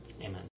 Amen